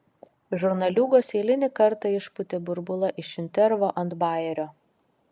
žurnaliūgos eilinį kartą išpūtė burbulą iš intervo ant bajerio